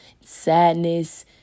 sadness